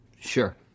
Sure